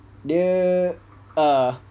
dia ah